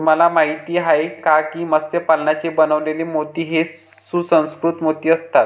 तुम्हाला माहिती आहे का की मत्स्य पालनाने बनवलेले मोती हे सुसंस्कृत मोती असतात